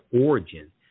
origin